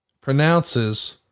pronounces